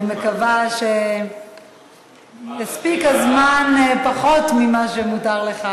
אני מקווה שיספיק פחות מהזמן שמותר לך,